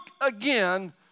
again